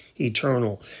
eternal